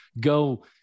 go